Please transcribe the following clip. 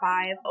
Five